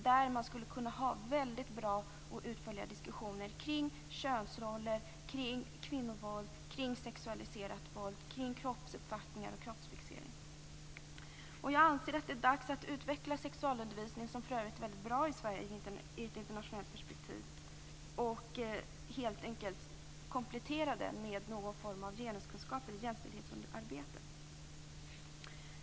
Där skulle man kunna ha utförliga diskussioner kring könsroller, kvinnovåld, sexualiserat våld, kroppsuppfattningar och kroppsfixering. Jag anser att det är dags att utveckla sexualundervisningen, som för övrigt är mycket bra i Sverige i ett internationellt perspektiv, och helt enkelt komplettera den med någon form av genuskunskap eller jämställdhetsarbete.